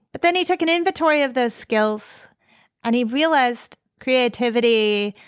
but then he took an inventory of those skills and he realized creativity,